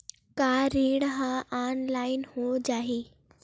का ऋण ह ऑनलाइन हो जाही?